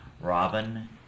Robin